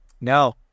No